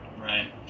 Right